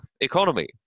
economy